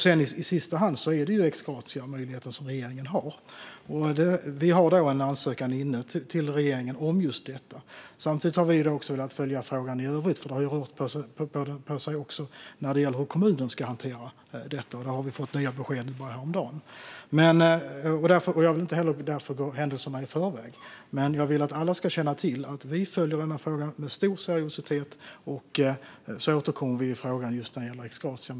I sista hand finns ex gratia-möjligheten hos regeringen. Det har kommit in en ansökan till regeringen om just detta. Samtidigt har vi velat följa frågan i övrigt, för det har ju rört på sig när det gäller hur kommunen ska hantera detta. Där har vi fått nya besked bara häromdagen. Jag vill därför inte gå händelserna i förväg, men jag vill att alla ska veta att vi följer den här frågan med stor seriositet, och vi återkommer i frågan om ex gratia.